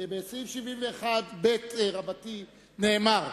בסעיף 71ב נאמר: